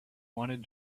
wanted